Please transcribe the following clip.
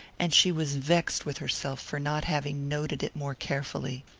and she was vexed with herself for not having noted it more carefully.